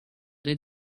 did